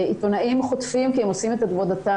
עיתונאים חוטפים כי הם עושים את עבודתם